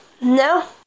no